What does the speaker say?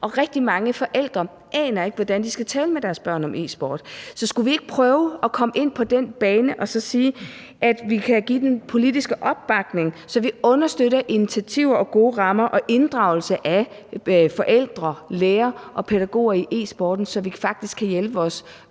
og rigtig mange forældre aner ikke, hvordan de skal tale med deres børn om e-sport. Så skulle vi ikke prøve at komme ind på den bane og sige, at vi kan give den politiske opbakning, så vi understøtter initiativer og gode rammer og inddragelse af forældre, lærere og pædagoger i e-sporten, så vi faktisk kan hjælpe vores